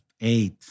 eight